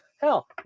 Hell